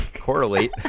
correlate